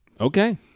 Okay